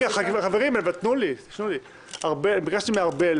ביקשתי מארבל